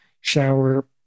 shower